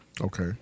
Okay